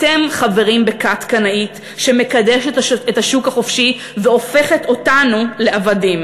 אתם חברים בכת קנאית שמקדשת את השוק החופשי והופכת אותנו לעבדים.